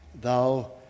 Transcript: thou